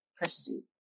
pursue